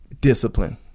discipline